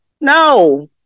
No